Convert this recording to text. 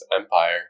empire